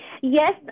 Yes